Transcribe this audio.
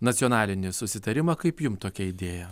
nacionalinį susitarimą kaip jum tokia idėja